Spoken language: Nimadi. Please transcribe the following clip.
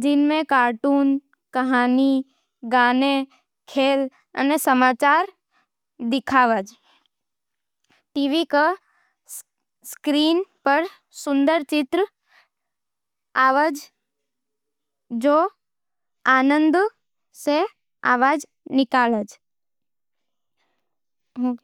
जिनमें कार्टून, कहानी, गाने, खेल अने समाचार दिखावज। टीवी के स्क्रीन पर सुंदर चित्र आवे है अने अंदर सै आवाज निकले है। रिमोट से चैनल बदल सकै है अने आवाज बढ़ा-कम कर सकै है। ई मशीन से हम मनोरंजन अने ज्ञान दोणो प्राप्त करै है।